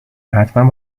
حتمن